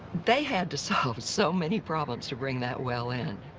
they had to solve so many problems to bring that well in.